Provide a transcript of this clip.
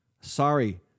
Sorry